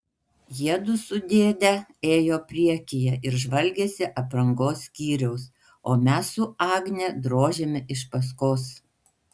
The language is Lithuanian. jiedu su dėde ėjo priekyje ir žvalgėsi aprangos skyriaus o mes su agne drožėme iš paskos